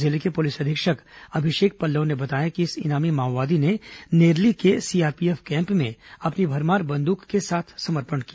जिले के पुलिस अधीक्षक अभिषेक पल्लव ने बताया कि इस इनामी माओवादी ने नेरली के सीआरपीएफ कैम्प में अपनी भरमार बंदूक के साथ समर्पण किया